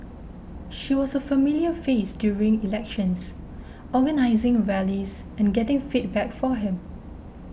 she was a familiar face during elections organising rallies and getting feedback for him